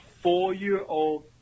four-year-old